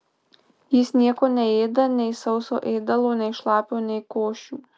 jis nieko neėda nei sauso ėdalo nei šlapio nei košių